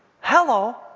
Hello